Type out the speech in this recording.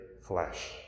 flesh